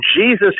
Jesus